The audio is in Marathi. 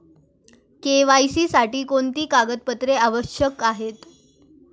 के.वाय.सी साठी कोणती कागदपत्रे आवश्यक आहेत?